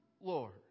Lord